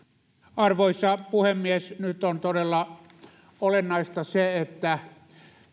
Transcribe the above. arvoisa puhemies nyt on todella olennaista se että